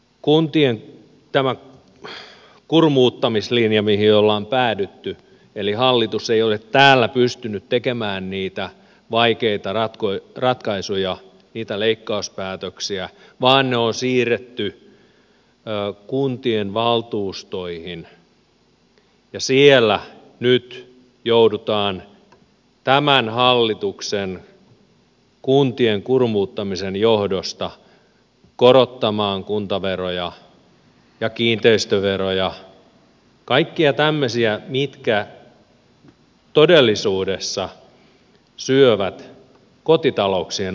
kuntien kurmuuttamislinjaan ollaan päädytty eli hallitus ei ole täällä pystynyt tekemään niitä vaikeita ratkaisuja niitä leikkauspäätöksiä vaan ne on siirretty kuntien valtuustoihin ja siellä nyt joudutaan tämän hallituksen kuntien kurmuuttamisen johdosta korottamaan kuntaveroja ja kiinteistöveroja kaikkia tämmöisiä mitkä todellisuudessa syövät kotitalouksien ostovoimaa